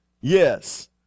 yes